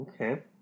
Okay